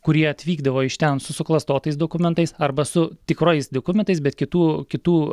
kurie atvykdavo iš ten su suklastotais dokumentais arba su tikrais dokumentais bet kitų kitų